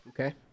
Okay